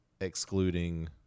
excluding